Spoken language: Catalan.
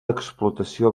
explotació